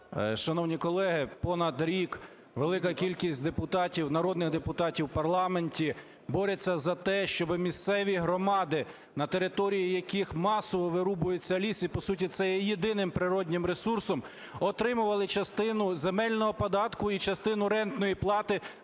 Шановні колеги, понад рік велика кількість депутатів, народних депутатів в парламенті, борються за те, щоби місцеві громади на території яких масово вирубується ліс - і по суті це є єдиним природнім ресурсом, -отримували частину земельного податку і частину рентної плати